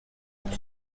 pour